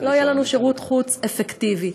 לא יהיה לנו שירות חוץ אפקטיבי.